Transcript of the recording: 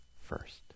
first